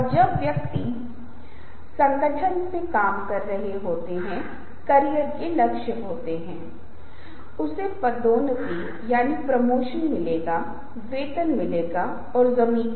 यह कैसे है कि यह काम करता है या नहीं और कैसे विभिन्न मॉडल प्रस्तावित किए गए हैं और क्या वे काम करते हैं यह मॉडल काम करता है या नहीं यह एक ऐसी चीज है जिसे हमें देखना चाहिए